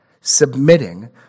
submitting